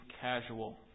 casual